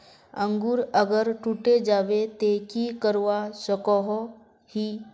अंकूर अगर टूटे जाबे ते की करवा सकोहो ही?